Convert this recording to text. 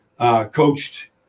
coached